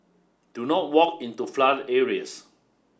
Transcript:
do not walk into flooded areas